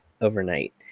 overnight